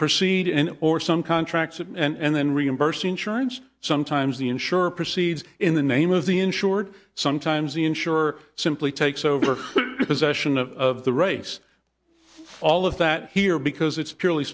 proceed and or some contracts and then reimburse insurance sometimes the insurer proceeds in the name of the insured sometimes the insurer simply takes over because action of the race all of that here because it's purely